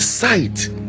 sight